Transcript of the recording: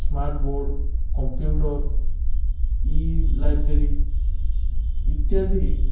smart board computer e library ଇତ୍ୟାଦି